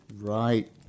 Right